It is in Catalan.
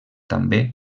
també